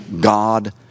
God